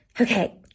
Okay